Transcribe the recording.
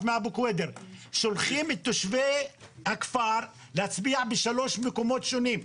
שולחים את תושבי הכפר להצביע בשלושה מקומות שונים,